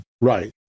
Right